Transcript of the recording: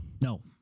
No